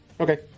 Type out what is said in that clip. okay